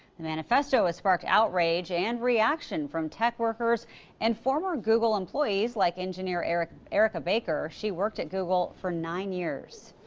the manifesto has sparked outrage and reaction from tech workers and former google employees like engineer erica erica baker. she worked at google for nine years.